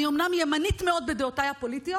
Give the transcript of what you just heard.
אני אומנם ימנית מאוד בדעותיי הפוליטיות,